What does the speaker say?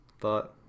thought